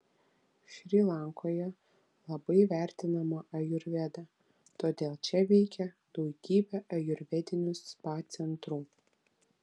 šri lankoje labai vertinama ajurveda todėl čia veikia daugybė ajurvedinių spa centrų